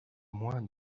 moins